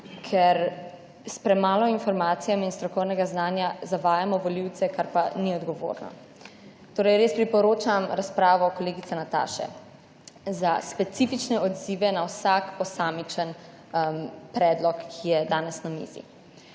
ker s premalo informacijami in strokovnega znanja zavajamo volivce, kar pa ni odgovorno. Torej res priporočam razpravo kolegice Nataše, za specifične odzive na vsak posamičen predlog, ki je danes na mizi.